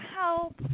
help